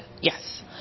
yes